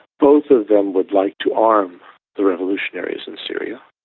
both of them would like to arm the revolutionaries in syria.